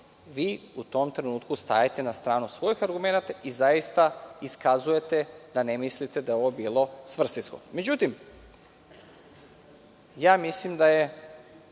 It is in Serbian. vi u tom trenutku stajete na stranu svojih argumenata i zaista iskazujete da ne mislite da je ovo bilo svrsishodno.Međutim, mislim da je